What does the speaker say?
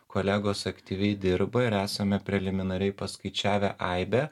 kolegos aktyviai dirba ir esame preliminariai paskaičiavę aibę